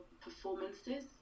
performances